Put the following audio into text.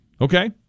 Okay